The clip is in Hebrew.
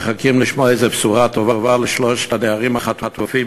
מחכים לשמוע איזו בשורה טובה על שלושת הנערים החטופים,